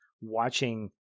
watching